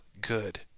good